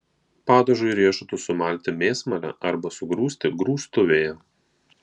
padažui riešutus sumalti mėsmale arba sugrūsti grūstuvėje